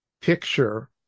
picture